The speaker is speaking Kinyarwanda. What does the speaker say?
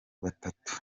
batatu